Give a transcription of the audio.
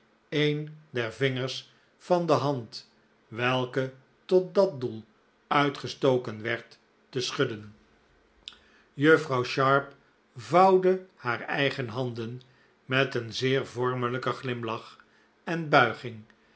een der vingers van dc hand welke tot dat doel uitgestoken wcrd te schudden juffrouw sharp vouwde haar eigen handen met een zeer vormelijken glimlach en buiging